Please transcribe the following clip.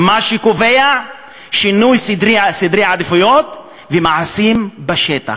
מה שקובע זה שינוי סדרי עדיפויות ומעשים בשטח.